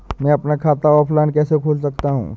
मैं अपना खाता ऑफलाइन कैसे खोल सकता हूँ?